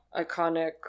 iconic